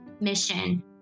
mission